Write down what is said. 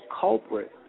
culprit